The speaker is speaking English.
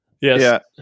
yes